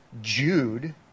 Jude